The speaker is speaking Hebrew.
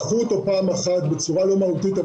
לקחו אותו פעם אחת בצורה לא מהותית,